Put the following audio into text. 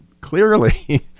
clearly